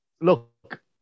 look